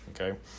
Okay